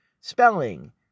Spelling